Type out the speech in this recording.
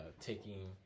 taking